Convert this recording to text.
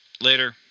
later